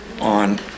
on